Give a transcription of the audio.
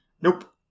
Nope